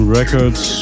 records